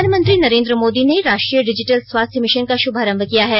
प्रधानमंत्री नरेन्द्र मोदी ने राष्ट्रीय डिजिटल स्वास्थ्य मिशन का शुभारंभ किया है